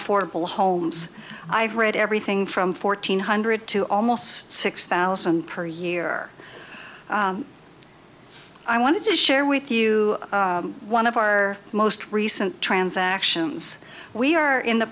affordable homes i've read everything from fourteen hundred to almost six thousand per year i wanted to share with you one of our most recent transactions we are in the